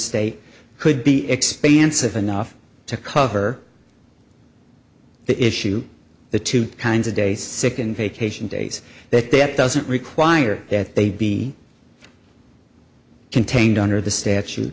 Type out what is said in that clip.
state could be expansive enough to cover the issue the two kinds of days sick and vacation days that that doesn't require that they be contained under the statu